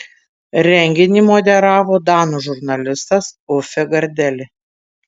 renginį moderavo danų žurnalistas uffe gardeli